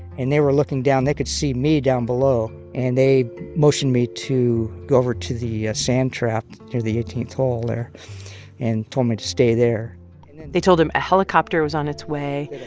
and they were looking down. they could see me down below, and they motioned me to go over to the ah sand trap near the eighteenth hole there and told me to stay there they told him a helicopter was on its way.